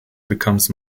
becomes